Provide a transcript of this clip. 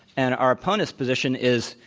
and our opponents' position is,